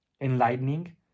enlightening